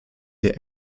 der